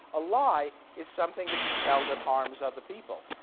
a lie is something that you tell that harms other people.